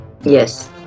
Yes